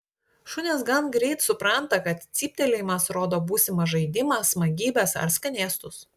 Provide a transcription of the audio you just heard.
šunys gan greit supranta kad cyptelėjimas rodo būsimą žaidimą smagybes ar skanėstus